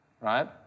right